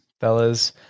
fellas